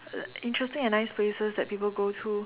interesting and nice places that people go to